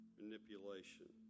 manipulation